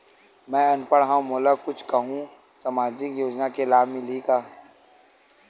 मैं अनपढ़ हाव मोला कुछ कहूं सामाजिक योजना के लाभ मिलही का?